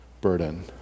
burden